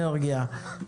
אנרגיה,